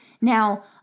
Now